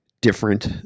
different